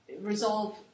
resolve